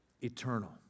eternal